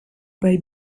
bei